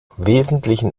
wesentlichen